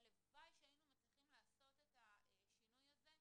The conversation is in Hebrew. הלוואי שהיינו מצליחים לעשות את השינוי הזה,